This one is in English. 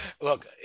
Look